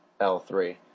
L3